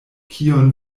kion